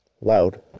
loud